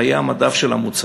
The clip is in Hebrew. חיי המדף של המוצר,